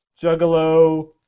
Juggalo